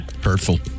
Hurtful